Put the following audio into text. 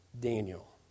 Daniel